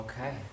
Okay